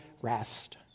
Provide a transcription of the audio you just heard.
rest